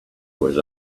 was